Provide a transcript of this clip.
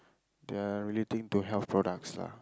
they're relating to health products lah